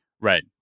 Right